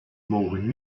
mogen